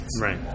right